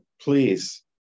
please